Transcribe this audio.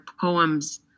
poems